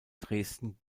dresden